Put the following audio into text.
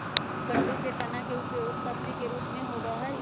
कुट्टू के तना के उपयोग सब्जी के रूप में होबा हई